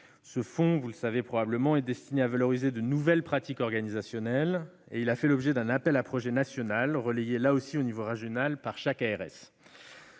Comme vous le savez probablement, ce fonds est destiné à valoriser de nouvelles pratiques organisationnelles. Il a fait l'objet d'un appel à projets national relayé, là aussi, au niveau régional par chaque ARS.